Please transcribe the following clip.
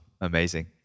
Amazing